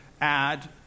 add